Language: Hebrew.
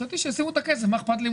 מבחינתי שישימו את הכסף מה איכפת לי אם